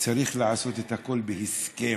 צריך לעשות את הכול בהסכם.